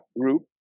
group